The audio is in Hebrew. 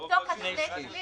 לרוב רגיל,